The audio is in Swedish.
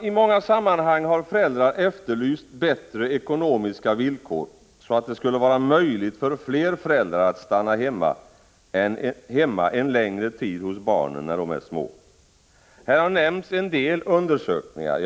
I många sammanhang har föräldrar efterlyst bättre ekonomiska villkor, så att det skulle vara möjligt för fler föräldrar att stanna hemma en längre tid hos barnen när de är små. Här har nämnts en del undersökningar.